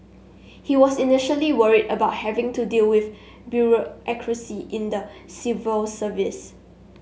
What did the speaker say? he was initially worried about having to deal with bureaucracy in the civil service